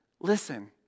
listen